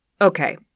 okay